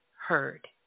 heard